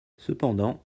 cependant